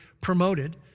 promoted